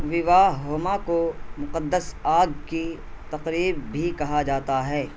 وواہ ہما کو مقدس آگ کی تقریب بھی کہا جاتا ہے